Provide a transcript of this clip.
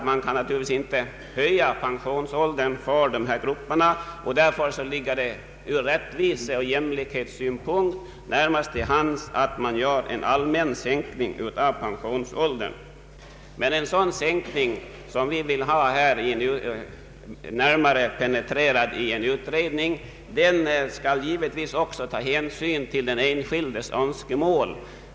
Man kan naturligtvis inte höja pensionsåldern för dessa grup per, och därför ligger det ur rättviseoch jämlikhetssynpunkt närmast till hands att besluta om en allmän sänkning av pensionsåldern. Men en sådan sänkning av pensionsåldern, som vi vill ha närmare penetrerad i en utredning, skall givetvis också ta hänsyn till den enskildes önskemål.